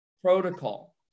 protocol